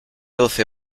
doce